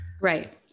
Right